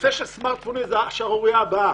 נושא הסמרטפונים הוא השערורייה הבאה: